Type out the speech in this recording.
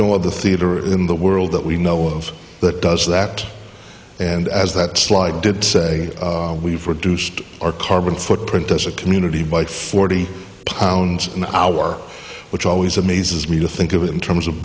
of the theater in the world that we know of that does that and as that slide did say we've reduced our carbon footprint as a community by forty pounds an hour which always amazes me to think of it in terms of